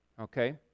okay